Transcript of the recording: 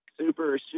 Super